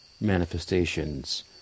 manifestations